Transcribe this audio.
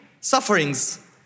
sufferings